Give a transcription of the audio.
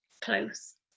close